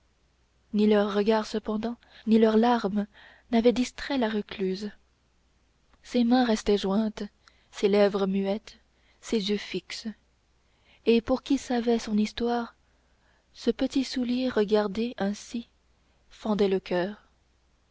ni leurs regards cependant ni leurs larmes n'avaient distrait la recluse ses mains restaient jointes ses lèvres muettes ses yeux fixes et pour qui savait son histoire ce petit soulier regardé ainsi fendait le coeur